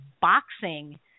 boxing